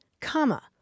Comma